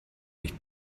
licht